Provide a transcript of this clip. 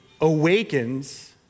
awakens